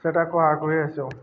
ସେଟା କୁହାକୁହା ହେସୁଁ